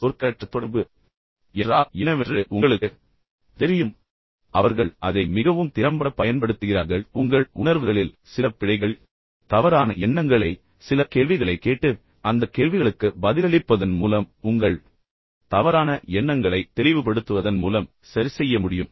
சொற்களற்ற தொடர்பு என்றால் என்னவென்று தங்களுக்குத் தெரியும் என்று எல்லோரும் நினைக்கிறார்கள் அவர்கள் அதை மிகவும் திறம்படப் பயன்படுத்துகிறார்கள் ஆனால் உங்கள் உணர்வுகளில் சில பிழைகள் தவறான எண்ணங்களை சில கேள்விகளைக் கேட்டு பின்னர் அந்த கேள்விகளுக்கு பதிலளிப்பதன் மூலம் உங்கள் தவறான எண்ணங்களை தெளிவுபடுத்துவதன் மூலம் சரிசெய்ய முடியும்